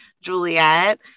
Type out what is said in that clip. juliet